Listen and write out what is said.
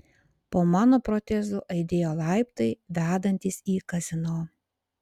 po mano protezu aidėjo laiptai vedantys į kazino